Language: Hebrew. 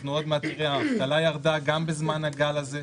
אנחנו עוד מעט נראה שהאבטלה ירדה גם בזמן הגל הזה.